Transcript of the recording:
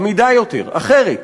עמידה יותר, אחרת,